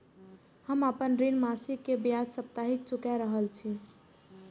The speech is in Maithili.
हम आपन ऋण मासिक के ब्याज साप्ताहिक चुका रहल छी